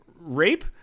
rape